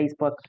facebook